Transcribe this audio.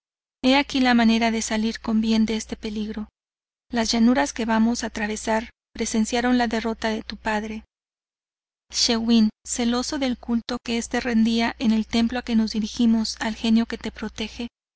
aquí la manera de salir con bien de este peligro las llanuras que vamos a atravesar presenciaron la derrota de tu padre schiwen celoso del culto que este rendía en el templo a que nos dirigimos al genio que te protege